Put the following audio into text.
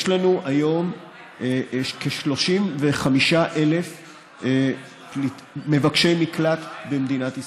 יש לנו היום כ-35,000 מבקשי מקלט במדינת ישראל,